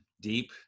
deep